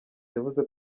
yavuze